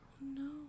No